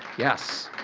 yes.